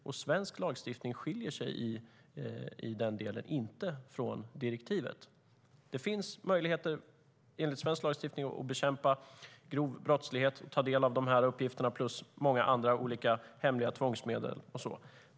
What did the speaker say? Svensk lagstiftning skiljer sig i den delen inte från direktivet. Det finns möjligheter enligt svensk lagstiftning att bekämpa grov brottslighet och ta del av dessa uppgifter plus många andra olika hemliga tvångsmedel.